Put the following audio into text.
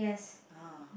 ah